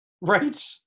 Right